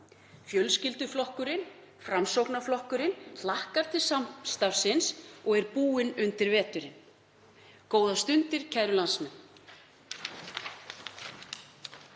Fjölskylduflokkurinn Framsóknarflokkurinn hlakkar til samstarfsins og er búinn undir veturinn. — Góðar stundir, kæru landsmenn.